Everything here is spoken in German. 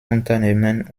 unternehmen